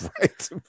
right